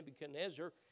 Nebuchadnezzar